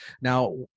now